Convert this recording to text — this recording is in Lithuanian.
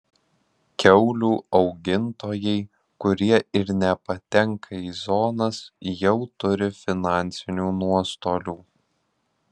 kiaulių augintojai kurie ir nepatenka į zonas jau turi finansinių nuostolių